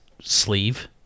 sleeve